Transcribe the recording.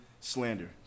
slander